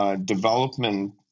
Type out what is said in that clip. development